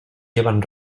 llevan